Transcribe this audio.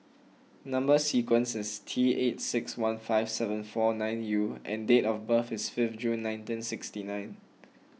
Number Sequence is T eight six one five seven four nine U and date of birth is fifth June nineteen sixty nine